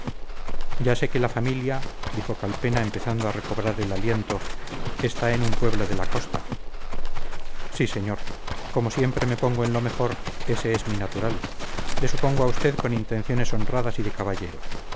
ya sé que la familia dijo calpena empezando a recobrar el aliento está en un pueblo de la costa sí señor como siempre me pongo en lo mejor ese es mi natural le supongo a usted con intenciones honradas y de caballero